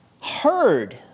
heard